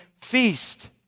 feast